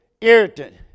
irritant